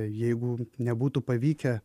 jeigu nebūtų pavykę